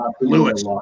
Lewis